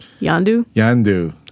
Yandu